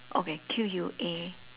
okay Q U A